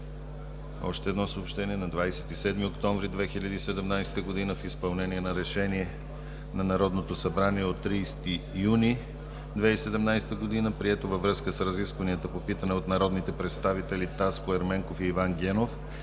Народното събрание. - На 27 октомври 2017 г. в изпълнение на Решение на Народното събрание от 30 юни 2017 г., прието във връзка с разискванията по питане от народните представител Таско Ерменков и Иван Генов,